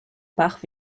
bach